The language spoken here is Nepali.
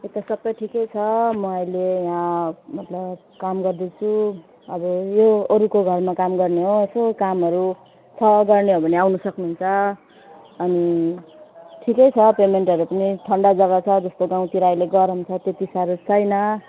यता सबै ठिकै छ म अहिले यहाँ मतलब काम गर्दैछु अब यो अरूको घरमा काम गर्ने हो यसो कामहरू छ गर्ने हो भने आउन सक्नुहुन्छ अनि ठिकै छ पेमेन्टहरू पनि ठन्डा जग्गा छ जस्तो गाउँतिर अहिले गरम छ त्यति साह्रो छैन